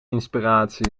inspiratie